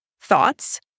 Thoughts